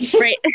Right